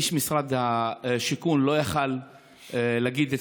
איש משרד השיכון לא יכול היה להגיד את